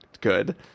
good